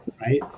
right